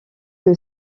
que